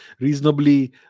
reasonably